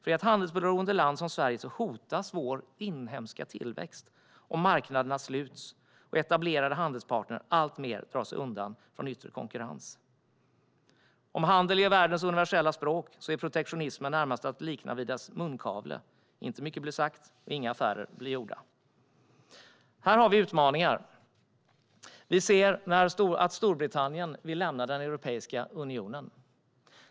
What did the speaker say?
I ett handelsberoende land som Sverige hotas den inhemska tillväxten om marknaderna sluts och etablerade handelspartner alltmer drar sig undan från yttre konkurrens. Om handel är världens universella språk är protektionismen närmast att likna vid dess munkavle - inte mycket blir sagt, och inga affärer blir gjorda. Här har vi utmaningar. Vi ser att Storbritannien vill lämna Europeiska unionen.